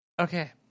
okay